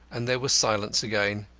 and there was silence again.